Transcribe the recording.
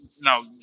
no